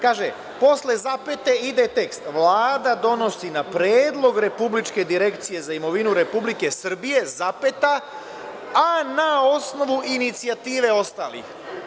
Kaže – posle zapete ide tekst: „Vlada donosi na predlog Republičke direkcije za imovinu Republike Srbije, a na osnovu inicijative ostalih“